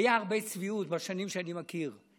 הייתה הרבה צביעות בשנים שאני מכיר,